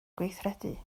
gweithredu